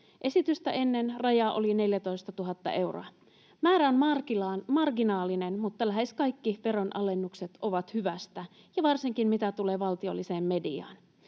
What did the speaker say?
Esitystä ennen raja oli 14 000 euroa. Määrä on marginaalinen, mutta lähes kaikki veronalennukset ovat hyvästä — ja varsinkin mitä tulee valtiolliseen mediaan.